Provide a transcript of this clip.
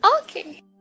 Okay